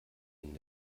ihnen